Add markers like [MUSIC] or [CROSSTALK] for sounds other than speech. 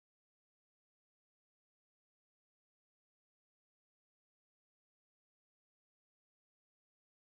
[UNINTELLIGIBLE]